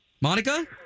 Monica